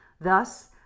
Thus